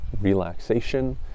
relaxation